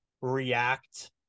react